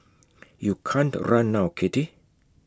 you can't run now kitty